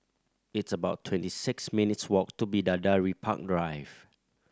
it's about twenty six minutes' walk to Bidadari Park Drive